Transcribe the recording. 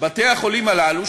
בתי-החולים הללו,